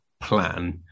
plan